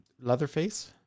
Leatherface